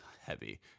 heavy